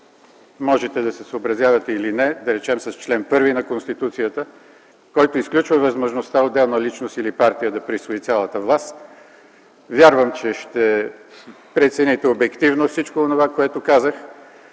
можете да се съобразявате или не, да речем, с чл. 1 на Конституцията, който изключва възможността отделна личност или партия да присвои цялата власт. Вярвам, че ще прецените обективно всичко онова, което казах.